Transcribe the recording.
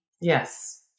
Yes